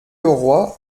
leroy